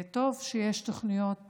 טוב שיש תוכניות לאומיות,